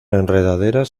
enredaderas